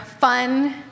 fun